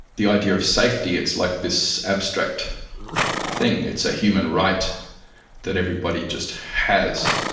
the idea of safety, it's like this abstract thing, it's a human right that everybody just has.